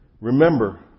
Remember